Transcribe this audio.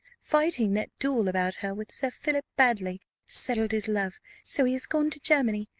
fighting that duel about her with sir philip baddely settled his love so he is gone to germany,